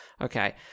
Okay